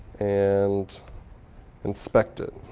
and inspect it.